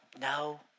No